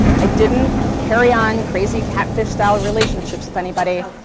i didn't carry on crazy catfish-style relationships with anybody.